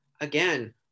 again